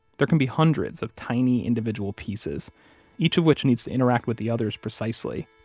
there can be hundreds of tiny, individual pieces each of which needs to interact with the others precisely